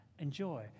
enjoy